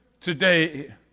today